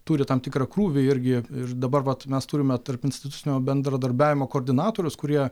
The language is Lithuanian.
turi tam tikrą krūvį irgi ir dabar vat mes turime tarpinstitucinio bendradarbiavimo koordinatorius kurie